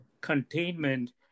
containment